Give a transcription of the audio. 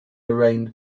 lorraine